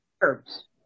herbs